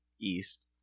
East